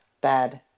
bad